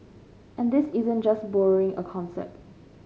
and this isn't just borrowing a concept